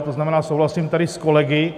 To znamená, souhlasím tady s kolegy.